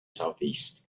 southeast